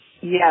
Yes